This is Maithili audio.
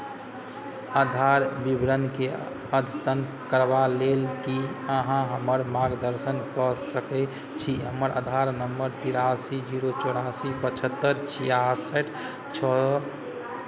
आधार विवरणकेँ अद्यतन करबा लेल की अहाँ हमर मार्गदर्शन कऽ सकैत छी हमर आधार नम्बर तिरासी जीरो चौरासी पचहत्तरि छियासठि छओ